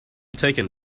taken